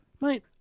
Mate